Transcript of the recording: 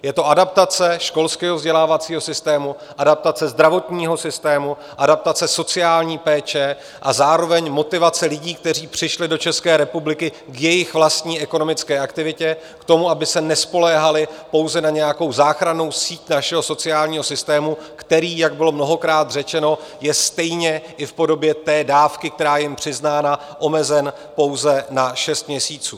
Je to adaptace školského vzdělávacího systému, adaptace zdravotního systému, adaptace sociální péče a zároveň motivace lidí, kteří přišli do České republiky, k jejich vlastní ekonomické aktivitě, k tomu, aby se nespoléhali pouze na nějakou záchrannou síť našeho sociálního systému, který, jak bylo mnohokrát řečeno, je stejně i v podobě té dávky, která je jim přiznána, omezen na pouze na šest měsíců.